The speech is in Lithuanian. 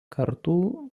kartų